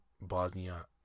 Bosnia